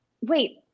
wait